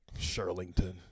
Sherlington